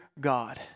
God